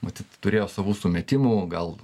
matyt turėjo savų sumetimų gal